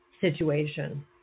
situation